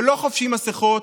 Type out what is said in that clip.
שלא חובשים מסכות,